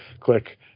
click